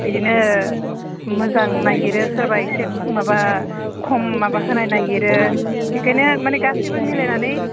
बिदिनो मोजां नागिरो सोरबा एसे माबा खम माबा होनाय नागिरो बेखायनो माने गासैबो मिलायनानै